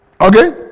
Okay